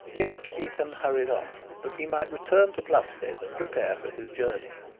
the archdeacon hurried off, that he might return to plumstead and prepare for his journey.